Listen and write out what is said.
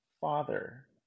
father